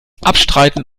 abstreiten